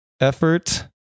effort